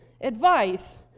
advice